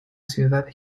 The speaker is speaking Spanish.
ciudad